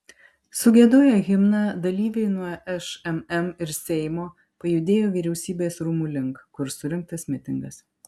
sugiedoję himną dalyviai nuo šmm ir seimo pajudėjo vyriausybės rūmų link kur surengtas mitingas